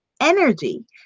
Energy